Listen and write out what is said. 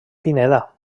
pineda